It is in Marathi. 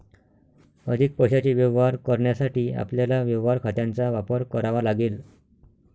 अधिक पैशाचे व्यवहार करण्यासाठी आपल्याला व्यवहार खात्यांचा वापर करावा लागेल